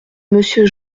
monsieur